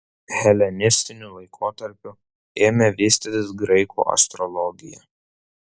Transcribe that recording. helenistiniu laikotarpiu ėmė vystytis graikų astrologija